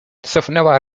cofnęła